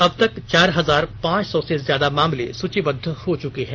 अबतक चार हजार पांच सौ से ज्यादा मामले सूचीबद्ध हो चुके हैं